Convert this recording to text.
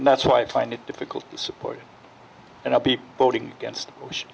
that's why i find it difficult to support and i'll be voting against bush